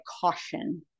caution